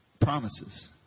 promises